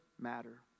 matter